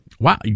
Wow